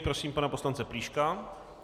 Prosím pana poslance Plíška.